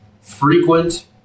frequent